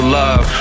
love